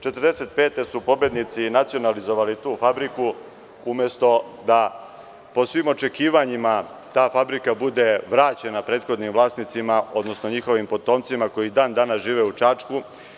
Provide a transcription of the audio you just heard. Godine 1945. su pobednici nacionalizovali tu fabriku, umesto da po svim očekivanjima ta fabrika bude vraćena prethodnim vlasnicima, odnosno njihovim potomcima koji i dan danas žive u Čačku.